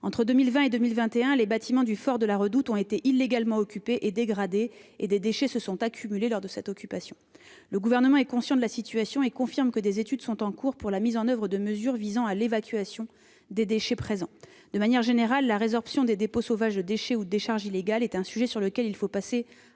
Entre 2020 et 2021, les bâtiments du fort de la Redoute ont été illégalement occupés et dégradés et des déchets se sont accumulés lors de cette occupation. Le Gouvernement est conscient de la situation et confirme que des études sont en cours pour la mise en oeuvre de mesures visant à l'évacuation des déchets présents. De manière générale, la résorption des dépôts sauvages de déchets ou de décharges illégales est un sujet sur lequel il faut passer à la